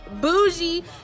bougie